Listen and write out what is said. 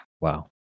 Wow